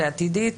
ועתידית.